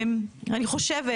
אני חושבת